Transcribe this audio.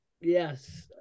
Yes